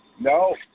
No